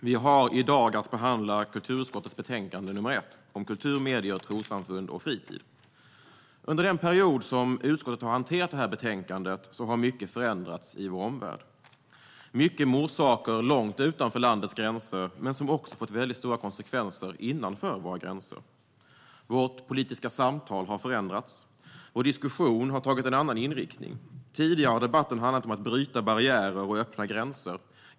Fru talman! Vi har i dag att behandla kulturutskottets betänkande nr 1 om kultur, medier, trossamfund och fritid. Under den period som utskottet har hanterat betänkandet har mycket förändrats i vår omvärld. Mycket har orsaker långt utanför landets gränser men har också fått stora konsekvenser innanför våra gränser. Vårt politiska samtal har förändrats, och vår diskussion har tagit en annan inriktning. Tidigare har debatten handlat om att bryta barriärer och öppna gränser.